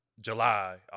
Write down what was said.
July